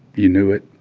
you knew it,